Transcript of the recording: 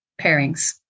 pairings